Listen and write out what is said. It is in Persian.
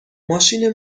ماشین